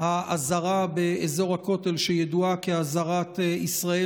העזרה באזור הכותל שידועה כ"עזרת ישראל"